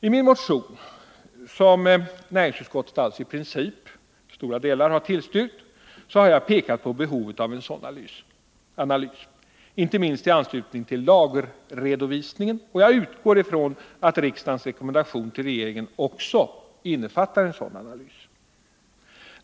I min motion, som näringsutskottet alltså i princip till stor del har tillstyrkt, har jag pekat på behovet av en sådan analys, inte minst i anslutning till lagerredovisningen, och jag utgår ifrån att riksdagens rekommendation till regeringen också innefattar en sådan analys.